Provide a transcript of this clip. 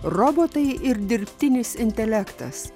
robotai ir dirbtinis intelektas